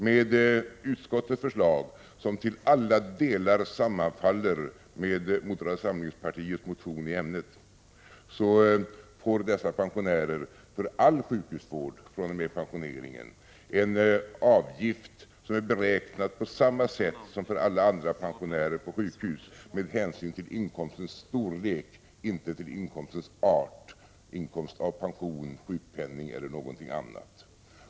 Med utskottets förslag, som till alla delar sammanfaller med moderata samlingspartiets motion i ämnet, får dessa pensionärer en avgift som är beräknad på samma sätt som för alla andra personer på sjukhus, dvs. med hänsyn till inkomstens storlek, inte inkomstens art — pension, sjukpenning eller något annat.